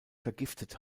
vergiftet